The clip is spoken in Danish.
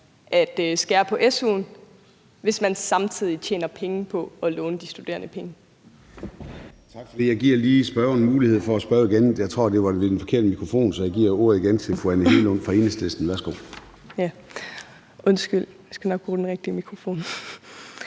at skære på su'en, hvis man samtidig tjener penge på at låne de studerende penge?